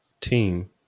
team